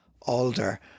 Alder